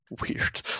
weird